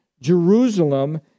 Jerusalem